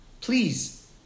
Please